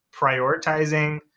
prioritizing